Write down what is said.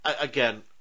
again